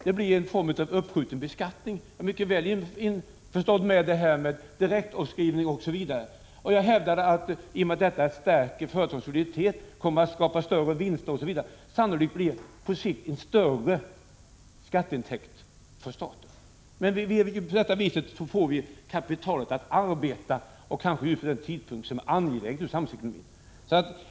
Det blir en form av uppskjuten beskattning — jag förstår mycket väl resonemanget om direktavskrivning o.d. Jag hävdade också att systemet i och med att det stärker företagens soliditet, skapar större vinster, osv. sannolikt på sikt medför större skatteintäkter för staten. Men vi vet ju att man på det här viset får kapitalet att arbeta kanske just vid en tidpunkt då detta är angeläget för samhällsekonomin.